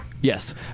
Yes